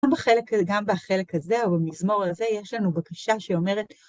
גם בחלק הזה, או במזמור הזה, יש לנו בקשה שאומרת...